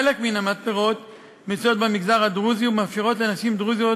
חלק מן המתפרות מצויות במגזר הדרוזי ומאפשרות לנשים דרוזיות